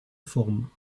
form